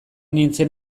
nintzen